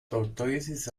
tortoises